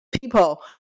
people